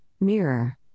Mirror